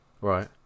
right